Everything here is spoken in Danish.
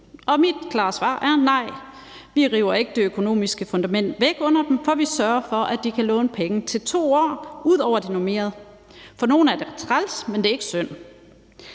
Og mit klare svar er nej. Vi river ikke det økonomiske fundament væk under dem, for vi sørger for, at de kan låne penge til 2 år ud over de normerede. For nogle er det træls, men det er ikke synd.